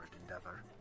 endeavor